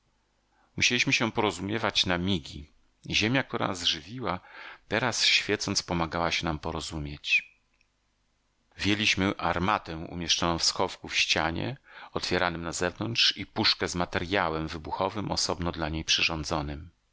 musieliśmy się porozumiewać na migi ziemia która nas żywiła teraz świecąc pomagała się nam porozumieć wyjęliśmy armatę umieszczoną w schowku w ścianie otwieranym na zewnątrz i puszkę z materjałem wybuchowym osobno dla niej przyrządzonym